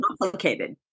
complicated